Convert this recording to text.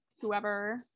whoever